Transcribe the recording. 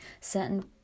certain